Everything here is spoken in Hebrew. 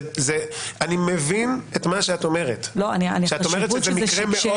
אני מבין את מה שאת אומרת, שזה מקרה מאוד נדיר.